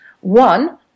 One